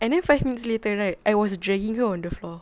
and then five minutes later right I was dragging her on the floor